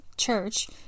church